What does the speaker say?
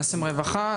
נשים רווחה,